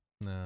No